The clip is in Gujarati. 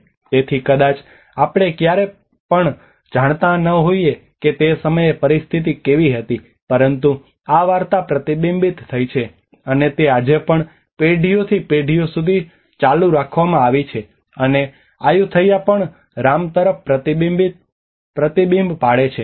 તેથી કદાચ આપણે ક્યારે પણ જાણતા ન હોઈએ કે તે સમયે પરિસ્થિતિ કેવી હતી પરંતુ આ વાર્તા પ્રતિબિંબિત થઈ છે અને તે આજે પણ પેઢીઓથી પેઢીઓ સુધી ચાલુ રાખવામાં આવી છે અને આયુથૈયા પણ રામ તરફ પ્રતિબિંબ પાડે છે